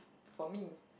for me